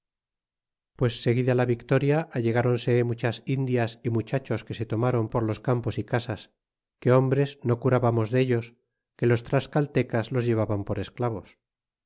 pues seguida la victoria allegáronse muchas indias y muchachos que se tomaron por los campos y casas que hombres no curábamos dellos que los tlascalte cas los llevaban por esclavos